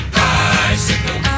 bicycle